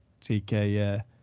TK